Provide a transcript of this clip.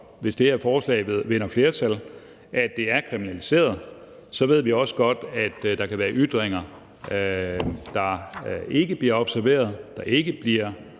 hvis det her forslag vinder flertal – at kriminalisere det, så ved vi også godt, at der kan være ytringer, der ikke bliver observeret, der ikke bliver